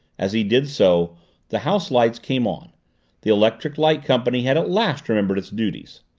as he did so the house lights came on the electric light company had at last remembered its duties.